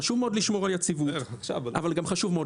חשוב מאוד לשמור על יציבות אבל גם חשוב מאוד